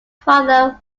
father